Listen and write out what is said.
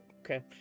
Okay